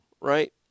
right